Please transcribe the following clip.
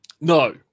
no